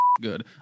good